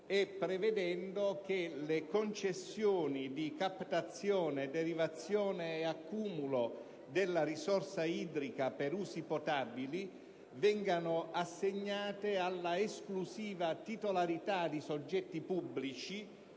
e prevedendo che le concessioni di captazione, derivazione e accumulo della risorsa idrica per usi potabili vengano assegnate alla esclusiva titolarità di soggetti pubblici